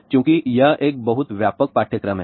चूंकि यह एक बहुत व्यापक पाठ्यक्रम है